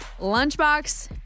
Lunchbox